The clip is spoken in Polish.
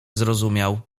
zrozumiał